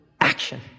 action